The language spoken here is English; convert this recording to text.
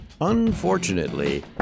Unfortunately